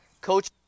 coach